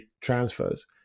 transfers